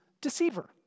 deceiver